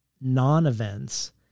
non-events